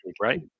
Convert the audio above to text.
right